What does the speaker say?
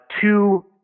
two